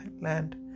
land